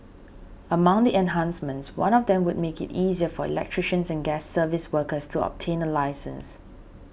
among the enhancements one of them would make it easier for electricians and gas service workers to obtain a licence